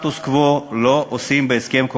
לשוק.